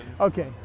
Okay